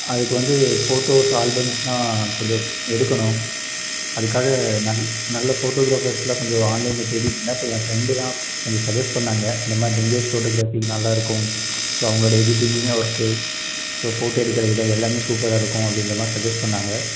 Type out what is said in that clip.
அதுக்கு வந்து ஃபோட்டோஸ் ஆல்பம்லாம் கொஞ்சம் எடுக்கணும் அதுக்காக நாங்கள் நல்ல ஃபோட்டோகிராஃபர்ஸுலாம் கொஞ்சம் ஆன்லைனில் தேடிட்டு இருந்தேன் அப்போ என் ஃப்ரெண்டு தான் உங்களை சட்ஜஸ் பண்ணாங்க இந்த மாதிரி லிங்கேஸ் ஃபோட்டோகிராஃபி நல்லா இருக்கும் ஸோ அவங்களுடைய எடிட்டிங்கு ஒர்க்கு ஸோ ஃபோட்டோ எடுக்கிற விதம் எல்லாமே சூப்பராக இருக்கும் அப்படின்ற மாதிரி சட்ஜஸ் பண்ணாங்க